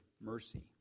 mercy